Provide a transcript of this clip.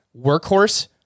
workhorse